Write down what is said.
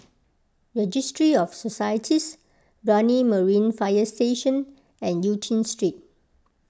Registry of Societies Brani Marine Fire Station and Eu Chin Street